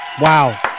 Wow